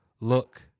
look